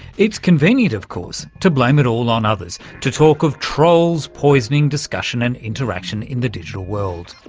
it's convenient, of course, to blame it all on others, to talk of trolls poisoning discussion and interaction in the digital world,